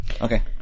Okay